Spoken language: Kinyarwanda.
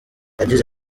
yagize